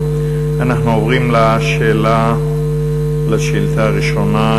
אנחנו עוברים לשאילתה הראשונה.